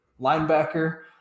linebacker